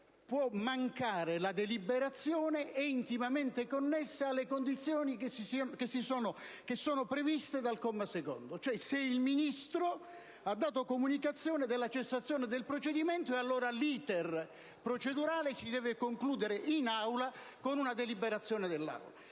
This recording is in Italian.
può mancare la deliberazione è intimamente connessa alle condizioni previste dal comma 2. Se il Ministro, cioè, ha dato comunicazione della cessazione del procedimento, allora l'*iter* procedurale si deve concludere in Aula con una deliberazione dell'Assemblea.